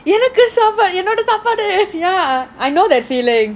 எனக்கு சாப்பாடு என்னோடே சாப்பாடு:enakku saapadu ennode saapadu ya I know that feeling